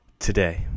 today